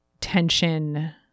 tension